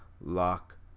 lock